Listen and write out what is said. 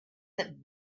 that